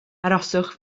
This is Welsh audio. arhoswch